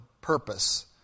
purpose